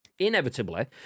Inevitably